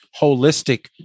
holistic